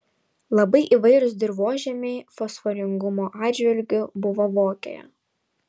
labai įvairūs dirvožemiai fosforingumo atžvilgiu buvo vokėje